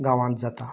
गांवांत जाता